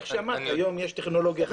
כמו שאמרת, היום יש טכנולוגיה חדשה.